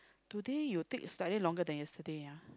today you take slightly longer than yesterday ah